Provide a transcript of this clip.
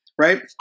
right